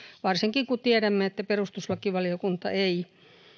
varsinkin kun tiedämme että perustuslakivaliokunta ei